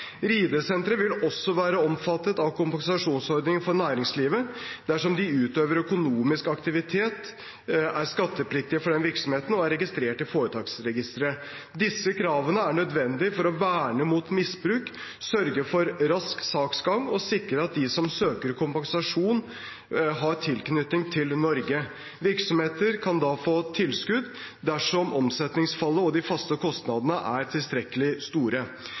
vil også være omfattet av kompensasjonsordningen for næringslivet dersom de utøver økonomisk aktivitet, er skattepliktige for den virksomheten og er registrert i Foretaksregisteret. Disse kravene er nødvendige for å verne mot misbruk, sørge for rask saksgang og sikre at de som søker kompensasjon, har tilknytning til Norge. Virksomheter kan da få tilskudd dersom omsetningsfallet og de faste kostnadene er tilstrekkelig store.